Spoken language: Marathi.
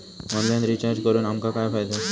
ऑनलाइन रिचार्ज करून आमका काय फायदो?